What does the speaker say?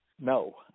no